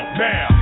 now